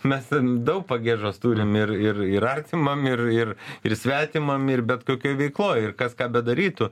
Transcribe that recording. mes ten daug pagiežos turim ir ir ir artimam ir ir ir svetimam ir bet kokioj veikloj ir kas ką bedarytų